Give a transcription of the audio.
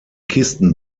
kisten